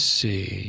see